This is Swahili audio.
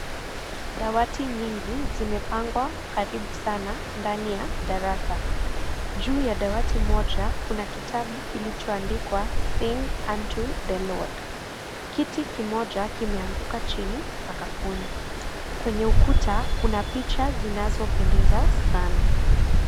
Dawati nyingi zimepangwa karibu sana ndani ya darasa. Juu ya dawati moja, kuna kitabu kilichoandikwa, think unto the Lord . Kiti kimoja limeanguka chini sakafuni. Kwenye ukuta, kuna picha zinazopendeza sana.